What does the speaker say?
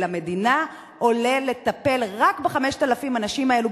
ולמדינה עולה לטפל רק ב-5,000 הנשים האלה,